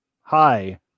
hi